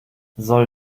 soll